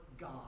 God